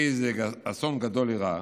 איזה אסון גדול אירע,